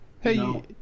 hey